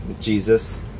jesus